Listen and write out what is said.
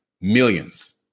Millions